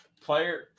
Player